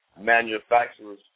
manufacturers